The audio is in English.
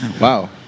Wow